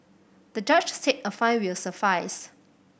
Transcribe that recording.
the judge said a fine will suffice